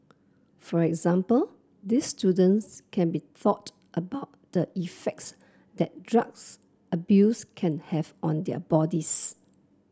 for example these students can be thought about the effects that drugs abuse can have on their bodies